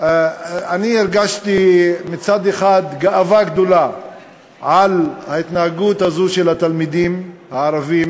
אני הרגשתי מצד אחד גאווה גדולה על ההתנהגות הזאת של התלמידים הערבים,